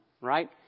right